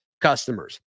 customers